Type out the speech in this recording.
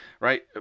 right